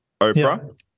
Oprah